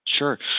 Sure